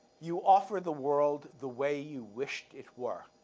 you offer the world the way you wished it were.